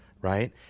right